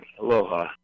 Aloha